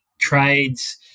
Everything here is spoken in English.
trades